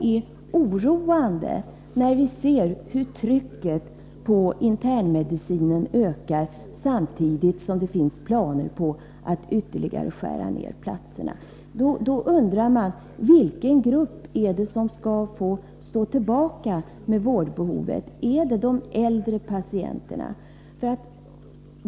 Vi kan således se hur trycket på internmedicinen ökar, samtidigt som det finns planer på att skära ner antalet platser. Det är oroande. Då undrar man: Vilken grupp är det som skall få stå tillbaka när det gäller vårdbehovet? Är det de äldre patienterna?